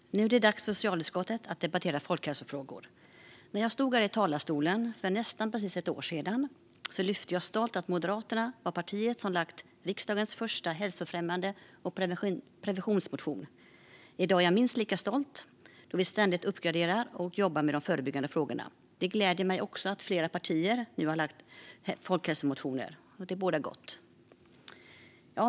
Fru talman! Nu är det dags för socialutskottet att debattera folkhälsofrågor. När jag stod i talarstolen för nästan precis ett år sedan lyfte jag stolt fram att Moderaterna var partiet som väckt riksdagens första hälsofrämjande motion och preventionsmotion. I dag är jag minst lika stolt då vi ständigt uppgraderar och jobbar med de förebyggande frågorna. Det gläder mig också att flera partier nu har väckt folkhälsomotioner. Det bådar gott.